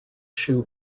shoe